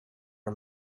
her